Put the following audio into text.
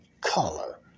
color